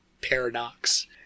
paradox